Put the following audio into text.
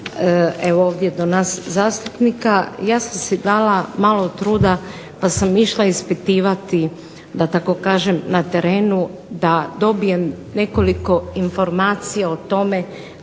došao do nas zastupnika ja sam si dala malo truda pa sam išla ispitivati da tako kažem na terenu da dobijem nekoliko informacija o tome